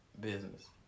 business